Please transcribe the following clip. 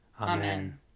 Amen